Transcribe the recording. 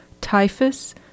typhus